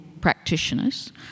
Practitioners